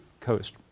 coast